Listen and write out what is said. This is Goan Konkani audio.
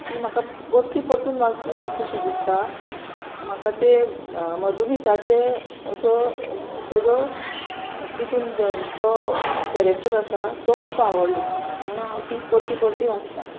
ती म्हाका परती परतून वाच वाचूशी दिसता म्हाका ते मधुमिताचे असो तेजो तितून जो कॅरेक्टर आसा तो खूब आवडलो म्हणून हांव ती परती परती वाचतां